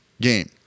game